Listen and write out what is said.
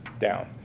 down